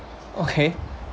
okay